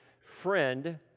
friend